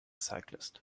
cyclist